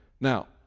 Now